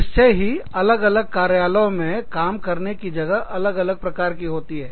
निश्चय ही अलग अलग कार्यालयों में काम करने की जगह अलग अलग प्रकार की होती है